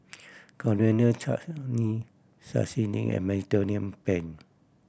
Coriander Chutney Sashimi and Mediterranean Penne